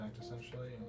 Essentially